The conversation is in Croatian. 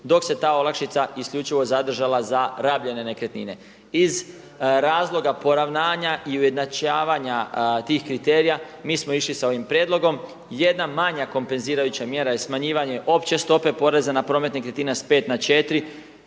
dok se ta olakšica isključivo zadržala za rabljene nekretnine. Iz razloga poravnanja i ujednačavanja tih kriterija mi smo išli s ovim prijedlogom. Jedna manja kompenzirajuća mjera je smanjivanje opće stope poreza na promet nekretnina s 5 na 4.